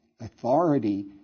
authority